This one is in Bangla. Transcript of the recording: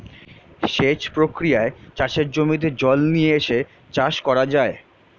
সেচ প্রক্রিয়ায় চাষের জমিতে জল নিয়ে এসে চাষ করা যায়